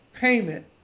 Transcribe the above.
payment